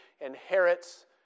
inherits